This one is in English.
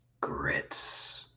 Grits